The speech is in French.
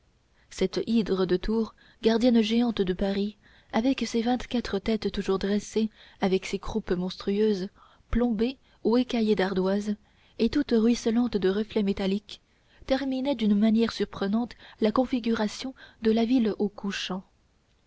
cette hydre de tours gardienne géante de paris avec ses vingt-quatre têtes toujours dressées avec ses croupes monstrueuses plombées ou écaillées d'ardoises et toutes ruisselantes de reflets métalliques terminait d'une manière surprenante la configuration de la ville au couchant